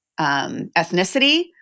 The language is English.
ethnicity